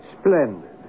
Splendid